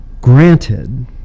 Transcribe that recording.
granted